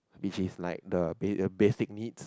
which is like the ba~ uh basic needs